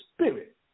spirit